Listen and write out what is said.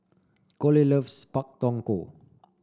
Kole loves Pak Thong Ko